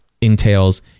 entails